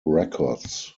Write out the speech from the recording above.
records